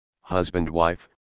husband-wife